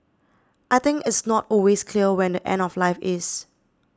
I think it's not always clear when the end of life is